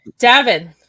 Davin